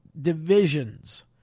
divisions